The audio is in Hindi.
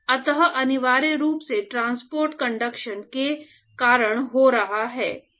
अतः अनिवार्य रूप से ट्रांसपोर्ट कंडक्शन के कारण हो रहा है